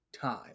time